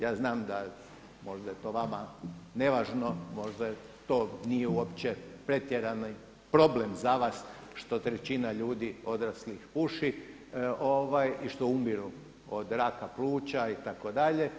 Ja znam da možda je to vama nevažno, možda to nije uopće pretjerani problem za vas što trećina ljudi odraslih puši i što umiru od raka pluća itd.